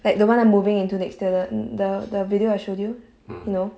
like the one I'm moving into next the the the the video I showed you you know